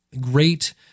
great